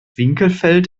winkelfeld